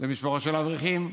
ממשפחות של האברכים.